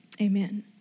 Amen